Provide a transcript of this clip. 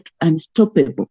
unstoppable